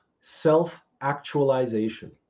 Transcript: self-actualization